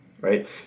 right